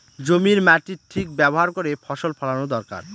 জমির মাটির ঠিক ব্যবহার করে ফসল ফলানো দরকার